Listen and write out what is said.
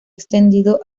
extendido